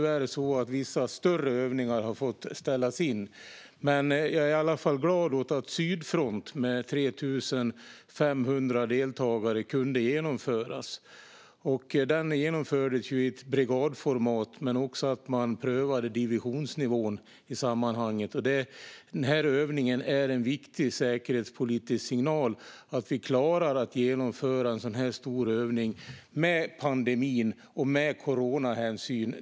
Vissa större övningar har tyvärr fått ställas in, men jag är i alla fall glad åt att Sydfront med 3 500 deltagare kunde genomföras. Den genomfördes i ett brigadformat, men man prövade också divisionsnivån i sammanhanget. Det är en viktig säkerhetspolitisk signal att vi klarar att genomföra en sådan här stor övning med pandemin och med coronahänsyn.